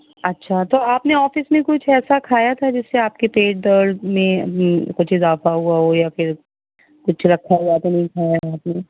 اچھا تو آپ نے آفس میں کچھ ایسا کھایا تھا جس سے آپ کے پیٹ میں درد میں کچھ اضافہ ہوا ہو یا پھر کچھ رکھا ہوا تو نہیں کھایا ہے پھر